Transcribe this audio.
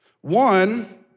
One